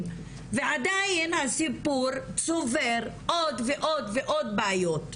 ועדיין הסיפור צובר עוד ועוד ועוד בעיות,